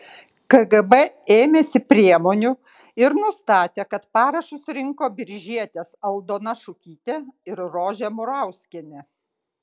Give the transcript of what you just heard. kgb ėmėsi priemonių ir nustatė kad parašus rinko biržietės aldona šukytė ir rožė murauskienė